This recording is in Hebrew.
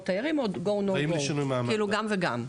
תיירים וגו נו גו גם וגם.